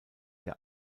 der